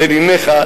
לניניך,